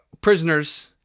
Prisoners